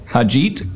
Hajit